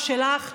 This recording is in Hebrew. או שלך,